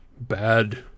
Bad